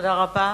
תודה רבה.